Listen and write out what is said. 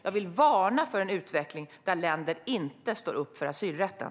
Jag vill varna för en utveckling där länder inte står upp för asylrätten.